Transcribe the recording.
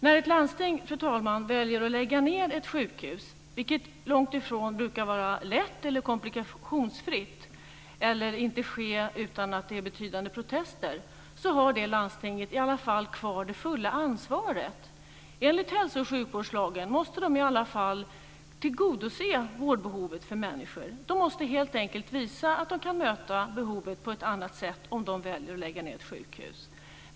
När ett landsting, fru talman, väljer att lägga ned ett sjukhus, vilket långt ifrån brukar vara lätt eller komplikationsfritt och som inte brukar ske utan betydande protester, har det landstinget i alla fall kvar det fulla ansvaret. Enligt hälso och sjukvårdslagen måste de i alla fall tillgodose människors vårdbehov. De måste helt enkelt visa att de kan möta behovet på ett annat sätt om de väljer att lägga ned ett sjukhus.